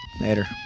Later